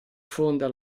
fonda